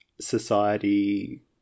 society